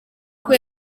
kuko